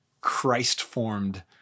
Christ-formed